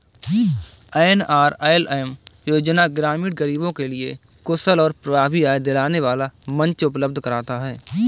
NRLM योजना ग्रामीण गरीबों के लिए कुशल और प्रभावी आय दिलाने वाला मंच उपलब्ध कराता है